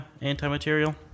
anti-material